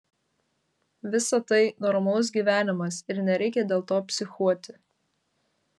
visa tai normalus gyvenimas ir nereikia dėl to psichuoti